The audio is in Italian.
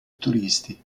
turisti